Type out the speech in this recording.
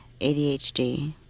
ADHD